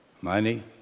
Money